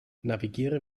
navigiere